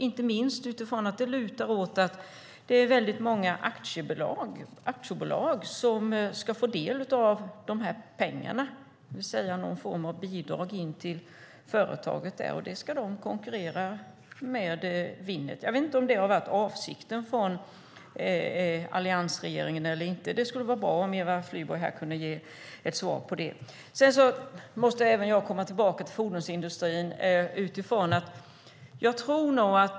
Det lutar åt att många aktiebolag ska få del av pengarna, det vill säga någon form av bidrag till företaget, och där ska de konkurrera med Winnet. Jag vet inte om det har varit avsikten från alliansregeringen. Det skulle vara bra om Eva Flyborg kunde ge ett svar på det. Sedan måste även jag komma tillbaka till fordonsindustrin.